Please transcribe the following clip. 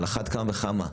על אחת כמה וכמה,